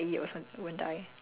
ya